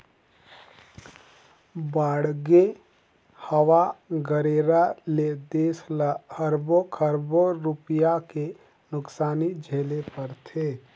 बाड़गे, हवा गरेरा ले देस ल अरबो खरबो रूपिया के नुकसानी झेले ले परथे